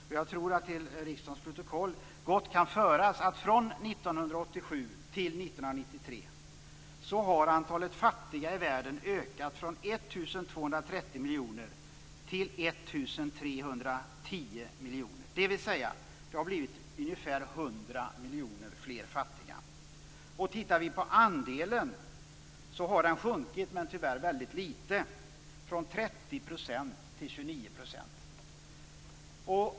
Det kan gott föras till riksdagens protokoll att från 1987 till 1993 har antalet fattiga i världen ökat från 1 230 miljoner till 1 310 miljoner. Det har blivit ungefär 100 miljoner fler fattiga. Andelen har sjunkit - men tyvärr lite - från 30 % till 29 %.